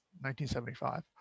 1975